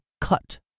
cut